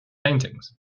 paintings